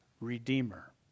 redeemer